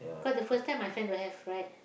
cause the first time my friend don't have right